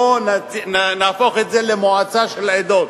בוא נהפוך את זה למועצה של עדות,